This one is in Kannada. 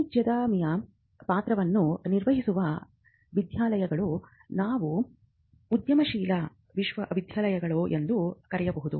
ವಾಣಿಜ್ಯೋದ್ಯಮಿಯ ಪಾತ್ರವನ್ನು ನಿರ್ವಹಿಸುವ ವಿದ್ಯಾಲಯವನ್ನು ನಾವು ಉದ್ಯಮಶೀಲ ವಿಶ್ವವಿದ್ಯಾಲಯ ಎಂದು ಕರೆಯಬಹುದು